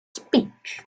speech